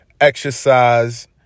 exercise